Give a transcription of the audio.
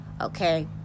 Okay